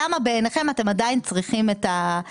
למה בעיניכם אתם עדיין צריכים את המנגנון הזה?